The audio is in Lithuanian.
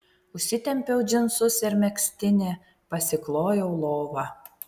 užsitempiau džinsus ir megztinį pasiklojau lovą